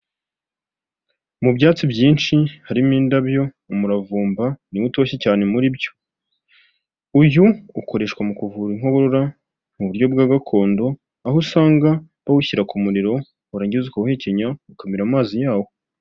Mu byatsi byinshi harimo indabo, umuravumba niwo utoshye cyane muri byo uyu ukoreshwa mu kuvura inkorora mu buryo bwa gakondo aho usanga bawushyira ku muriro warangiza ukuwuhekenya ukamira amazi yawo.